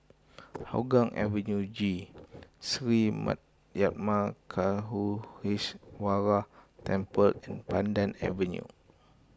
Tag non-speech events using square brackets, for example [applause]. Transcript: Hougang Avenue G Sri [unintelligible] Temple and Pandan Avenue